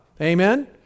Amen